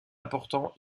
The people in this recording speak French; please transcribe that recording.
important